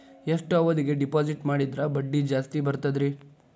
ಎಷ್ಟು ಅವಧಿಗೆ ಡಿಪಾಜಿಟ್ ಮಾಡಿದ್ರ ಬಡ್ಡಿ ಜಾಸ್ತಿ ಬರ್ತದ್ರಿ?